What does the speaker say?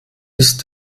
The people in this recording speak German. ist